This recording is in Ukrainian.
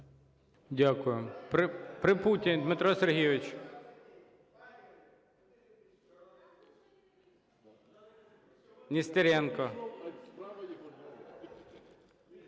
Дякую. Припутень Дмитро Сергійович. Нестеренко